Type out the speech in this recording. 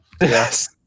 Yes